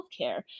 healthcare